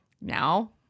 now